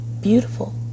beautiful